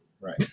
right